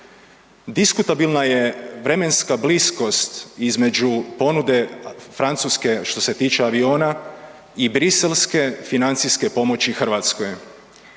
Diskutabilna je vremenska bliskost između ponude Francuske što se tiče aviona i Briselske financijske pomoći Hrvatskoj.